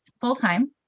full-time